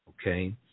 okay